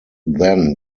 then